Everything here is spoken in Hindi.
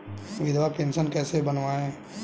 विधवा पेंशन कैसे बनवायें?